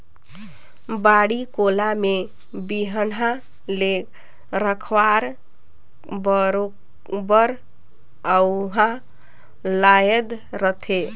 बाड़ी कोला में बिहन्हा ले रखवार बरोबर उहां लदाय रहथे